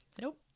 nope